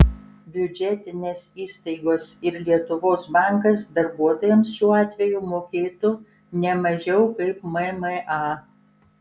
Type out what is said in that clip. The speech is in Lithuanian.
biudžetinės įstaigos ir lietuvos bankas darbuotojams šiuo atveju mokėtų ne mažiau kaip mma